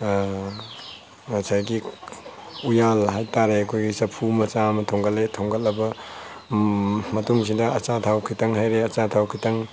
ꯉꯁꯥꯏꯒꯤ ꯎꯌꯥꯟ ꯍꯥꯏ ꯇꯥꯔꯦ ꯑꯩꯈꯣꯏꯒꯤ ꯆꯐꯨ ꯃꯆꯥ ꯑꯃ ꯊꯣꯡꯒꯠꯂꯦ ꯊꯣꯡꯒꯠꯂꯕ ꯃꯇꯨꯡꯁꯤꯗ ꯑꯆꯥꯊꯥꯎ ꯈꯤꯇꯪ ꯍꯩꯔꯦ ꯑꯆꯥꯊꯥꯎ ꯈꯤꯇꯪ